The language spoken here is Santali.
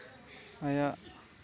ᱟᱭᱟᱜ